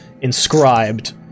inscribed